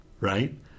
right